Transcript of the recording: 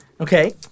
Okay